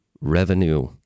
revenue